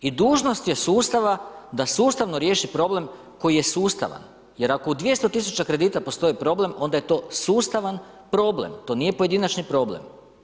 I dužnost je sustava da sustavno riješi problem koji je sustavan jer ako u 200.000 kredita postoji problem onda je sto sustavan problem, to nije pojedinačni problem.